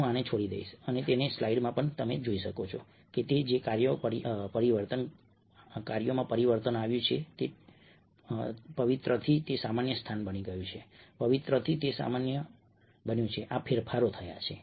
હું આને છોડી દઈશ તમે તેને સ્લાઈડ્સમાં જોઈ શકો છો કે કાર્યોમાં પરિવર્તન આવ્યું છે ઠીક છે પવિત્રથી તે સામાન્ય સ્થાન બની ગયું છે પવિત્રથી તે સામાન્ય બન્યું છે આ ફેરફારો થયા છે